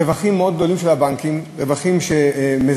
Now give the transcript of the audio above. יש רווחים מאוד גדולים לבנקים, רווחים שמזנקים,